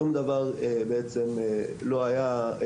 שום דבר בעצם לא היה,